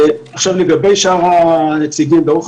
זה יאפשר שאותו רציונל --- הבהרת את הדברים.